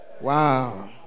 Wow